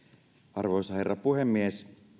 arvoisa herra puhemies